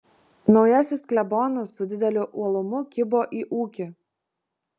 naujasis klebonas su dideliu uolumu kibo į ūkį